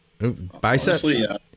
Biceps